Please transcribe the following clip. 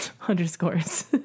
underscores